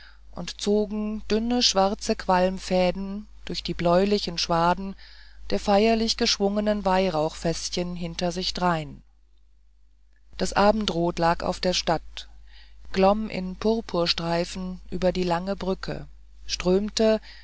und zogen dünne schwarze qualmfäden durch die bläulichen schwaden der feierlich geschwungenen weihrauchgefäße hinter sich drein das abendrot lag auf der stadt glomm in purpurstreifen über die langen brücken strömte